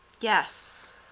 Yes